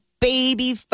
baby